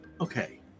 Okay